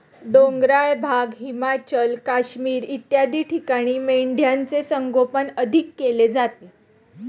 डोंगराळ भाग, हिमाचल, काश्मीर इत्यादी ठिकाणी मेंढ्यांचे संगोपन अधिक केले जाते